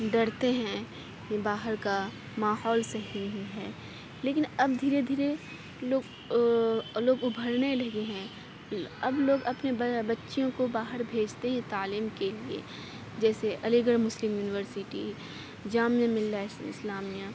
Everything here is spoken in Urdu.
ڈرتے ہیں باہر کا ماحول صحیح نہیں ہے لیکن اب دھیرے دھیرے لوگ لوگ ابھرنے لگے ہیں اب لوگ اپنی بچیوں کو باہر بھیجتے ہیں تعلیم کے لیے جیسے Aligarh Muslim University Jamia Millia اسلامیہ